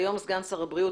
והיום סגן הבריאות,